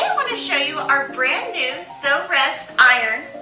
wanna show you our brand new sew rest iron.